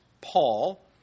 Paul